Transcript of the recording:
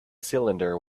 cylinder